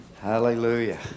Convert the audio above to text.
Hallelujah